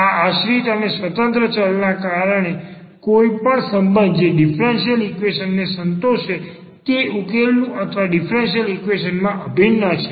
આ આશ્રિત અને સ્વતંત્ર ચલ વચ્ચેના કોઈપણ સંબંધ જે ડીફરન્સીયલ ઈક્વેશન ને સંતોષે તે ઉકેલ નું અથવા ડીફરન્સીયલ ઈક્વેશન માં અભિન્ન છે